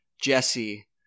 Jesse